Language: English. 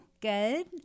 Good